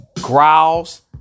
growls